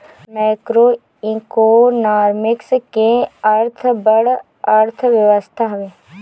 macroeconomics के अर्थ बड़ अर्थव्यवस्था हवे